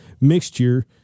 mixture